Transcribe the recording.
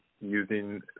using